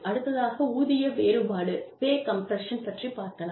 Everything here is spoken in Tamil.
அடுத்ததாக ஊதிய வேறுபாடு பற்றிப் பார்க்கலாம்